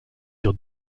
sur